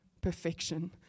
Perfection